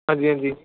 ਹਾਂਜੀ ਹਾਂਜੀ